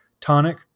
tonic